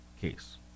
case